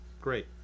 great